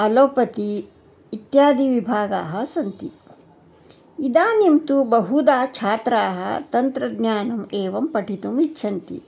allopathy इत्यादि विभागाः सन्ति इदानीं तु बहुधा छात्राः तन्त्रज्ञानम् एवं पठितुम् इच्छन्ति